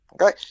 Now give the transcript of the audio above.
Okay